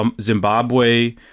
Zimbabwe